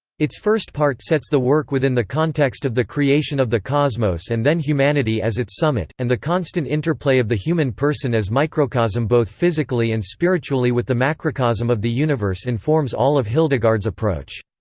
its first part sets the work within the context of the creation of the cosmos and then humanity as its summit, and the constant interplay of the human person as microcosm both physically and spiritually with the macrocosm of the universe informs all of hildegard's approach.